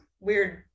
weird